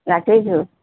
ৰাখিছোঁ